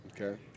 Okay